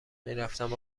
میرفتم